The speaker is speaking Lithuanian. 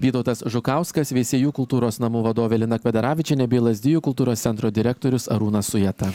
vytautas žukauskas veisiejų kultūros namų vadovė lina kvederavičienė bei lazdijų kultūros centro direktorius arūnas sujeta